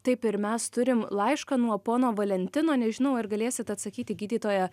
taip ir mes turim laišką nuo pono valentino nežinau ar galėsit atsakyti gydytoja